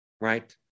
right